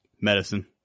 Medicine